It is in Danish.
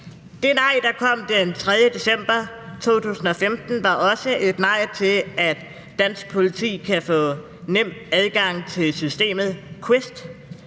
Det nej, der kom den 3. december 2015, var også et nej til, at dansk politi kan få nem adgang til QUEST-systemet. QUEST